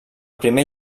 primer